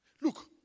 Look